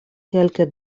kelke